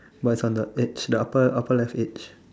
but is on the edge the upper upper left edge